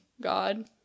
god